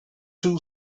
two